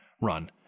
run